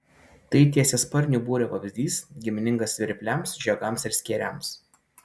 tai tiesiasparnių būrio vabzdys giminingas svirpliams žiogams ir skėriams